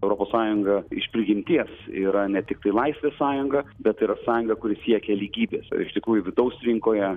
europos sąjunga iš prigimties yra ne tiktai laisvės sąjunga bet ir sąjunga kuri siekia lygybės o iš tikrųjų vidaus rinkoje